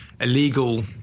illegal